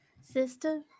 Sister